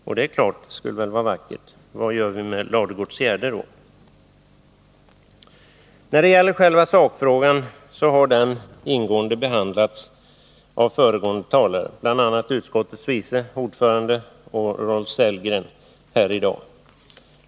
Och det skulle vara vackert, men vad gör vi med Ladugårdsgärde då? När det gäller själva sakfrågan har den ingående behandlats av föregående talare, bl.a. utskottets vice ordförande och Rolf Sellgren, här i dag.